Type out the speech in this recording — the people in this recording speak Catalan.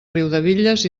riudebitlles